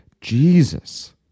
Jesus